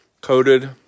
coated